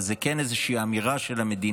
אבל זה כן איזושהי אמירה של המדינה,